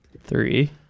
Three